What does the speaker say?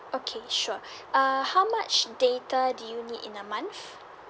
okay sure uh how much data do you need in a month